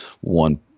one